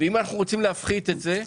אם אנחנו רוצים להפחית את זה,